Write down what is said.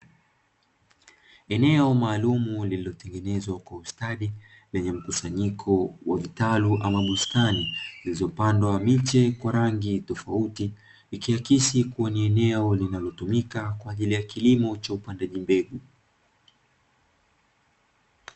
Eneo maalumu lililotengenezwa kwa ustadi, lenye mkusanyiko wa vitalu ama bustani, zilizopandwa miche kwa rangi tofauti, ikiakisi kuwa ni eneo linalotumika kwa ajili ya kilimo cha upandaji mbegu.